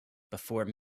before